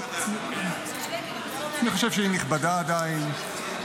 אני חושב שהיא נכבדה עדיין.